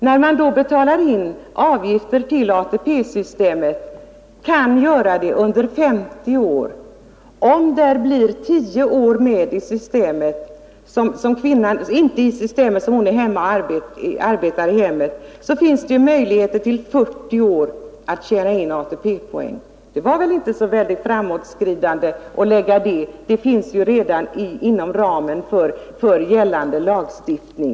När man då kan betala in avgifter till ATP-systemet under 50 år och det blir 10 år som kvinnan inte är med i systemet därför att hon arbetar i hemmet så finns det ju möjlighet att under 40 år tjäna in ATP-poäng. Det var väl inte uttryck för något framåtsträvande att lägga förslag om detta. Det finns ju redan inom ramen för gällande lagstiftning.